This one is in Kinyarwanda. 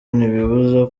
ntibibuza